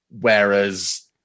Whereas